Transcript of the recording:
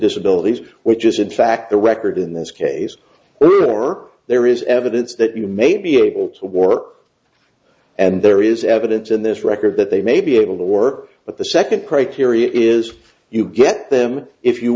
disability which is in fact the record in this case moving or there is evidence that you may be able to work and there is evidence in this record that they may be able to work but the second criteria is you get them if you